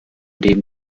dem